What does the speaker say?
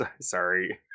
Sorry